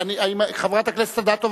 חברת הכנסת אדטו,